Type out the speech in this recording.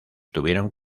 tuvieron